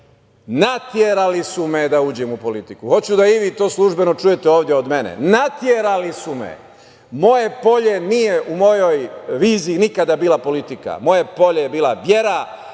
Naterali su me da uđem u politiku. Hoću da i vi to službeno čujete ovde od mene. Naterali su me. Moje polje nije u mojoj viziji nikada bila politika. Moje polje je bila vera,